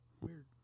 Weird